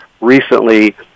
recently